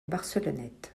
barcelonnette